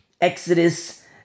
Exodus